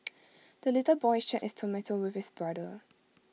the little boy shared his tomato with his brother